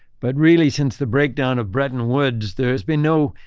but really, since the breakdown of bretton woods, there has been no